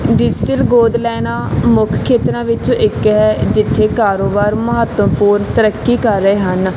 digital ਗੋਦ ਲੈਣਾ ਮੁੱਖ ਖੇਤਰਾਂ ਵਿੱਚੋਂ ਇੱਕ ਹੈ ਜਿੱਥੇ ਕਾਰੋਬਾਰ ਮਹੱਤਵਪੂਰਨ ਤਰੱਕੀ ਕਰ ਰਹੇ ਹਨ